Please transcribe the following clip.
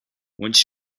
once